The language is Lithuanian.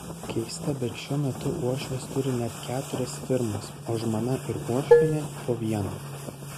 keista bet šiuo metu uošvis turi net keturias firmas o žmona ir uošvienė po vieną